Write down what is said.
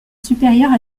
supérieure